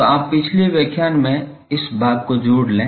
तो आप पिछले व्याख्यान में इस भाग को जोड़ लें